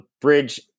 bridge